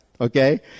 Okay